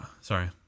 Sorry